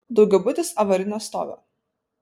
daugiabutis avarinio stovio